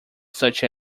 such